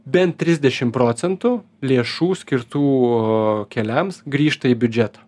bent trisdešim procentų lėšų skirtų keliams grįžta į biudžetą